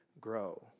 grow